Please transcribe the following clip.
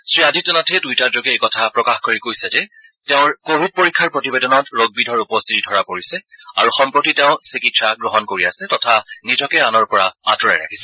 শ্ৰীআদিত্যনাথে টুইটাৰযোগে এই কথা প্ৰকাশ কৰি কৈছে যে তেওঁৰ কোৱিড পৰীক্ষাৰ প্ৰতিবেদনত ৰোগবিধৰ উপস্থিতি ধৰা পৰিছে আৰু সম্প্ৰতি তেওঁ চিকিৎসা গ্ৰহণ কৰি আছে তথা নিজকে আনৰ পৰা আঁতৰাই ৰাখিছে